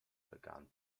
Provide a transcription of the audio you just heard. begannen